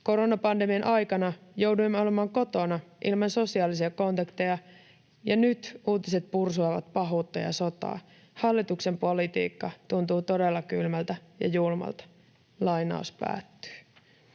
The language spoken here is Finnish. Koronapandemian aikana jouduimme olemaan kotona ilman sosiaalisia kontakteja, ja nyt uutiset pursuavat pahuutta ja sotaa. Hallituksen politiikka tuntuu todella kylmältä ja julmalta.” 19-vuotias